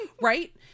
Right